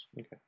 Okay